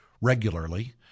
regularly